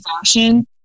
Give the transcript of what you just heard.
fashion